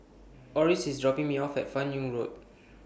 Oris IS dropping Me off At fan Yoong Road